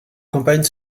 campagne